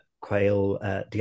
quail